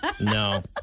No